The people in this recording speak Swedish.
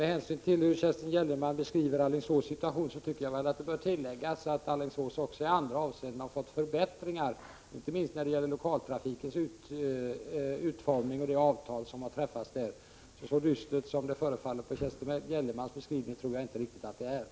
Med hänsyn till hur Kerstin Gellerman beskriver Alingsås situation tycker jag att det emellertid bör tilläggas att Alingsås i andra avseenden också fått förbättringar; inte minst gäller detta lokaltrafikens utformning genom det avtal som har träffats på detta område. Jag tror inte att det är riktigt så dystert som det förefaller vara av Kerstin Gellermans beskrivning.